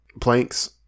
planks